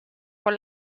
por